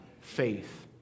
faith